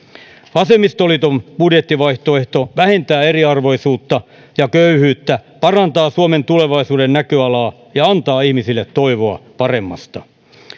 vasemmistoliiton budjettivaihtoehto vähentää eriarvoisuutta ja köyhyyttä parantaa suomen tulevaisuuden näköalaa ja antaa ihmisille toivoa paremmasta